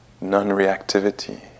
non-reactivity